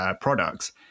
products